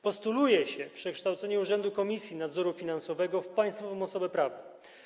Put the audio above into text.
Postuluje się przekształcenie Urzędu Komisji Nadzoru Finansowego w państwową osobę prawną.